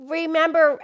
remember